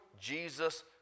Jesus